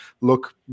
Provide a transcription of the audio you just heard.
look